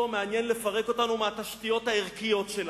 מעניין לפרק אותנו מהתשתיות הערכיות שלנו.